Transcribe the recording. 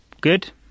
good